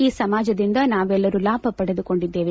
ಈ ಸಮಾಜದಿಂದ ನಾವೆಲ್ಲರೂ ಲಾಭ ಪಡೆದುಕೊಂಡಿದ್ದೇವೆ